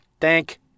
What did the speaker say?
Thank